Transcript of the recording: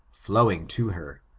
flowing to her,